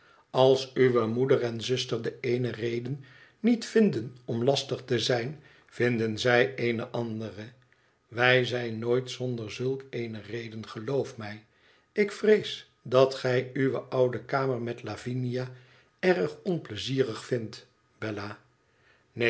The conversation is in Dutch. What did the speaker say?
als uwe moeder en zuster de ééne reden niet vinden om lastig te zijn vinden zij eene andere wij zijn nooit zonder zulk eene reden geloof mij ik vrees dat gij uwe oude kamer met lavinia erg onpleizierig vindt bella neen